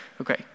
okay